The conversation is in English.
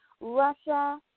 Russia